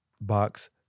box